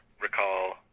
recall